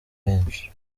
benshi